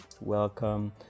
Welcome